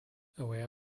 aware